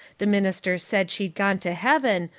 the minister said she'd gone to heaven,